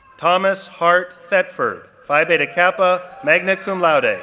thomas hart thetford, phi beta kappa, magna cum laude, ah